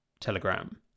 telegram